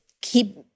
keep